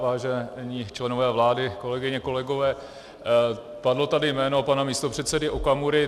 Vážení členové vlády, kolegyně, kolegové, padlo tady jméno pana místopředsedy Okamury.